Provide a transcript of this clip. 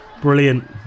Brilliant